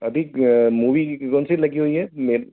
अभी अभी मूवी कौन सी लगी हुई है मेल